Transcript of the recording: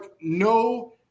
no